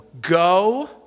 go